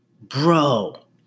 bro